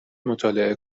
مطالعه